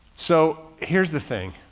so here's the thing.